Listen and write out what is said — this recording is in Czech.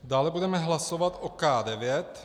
Dále budeme hlasovat o K9.